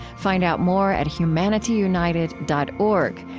find out more at humanityunited dot org,